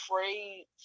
afraid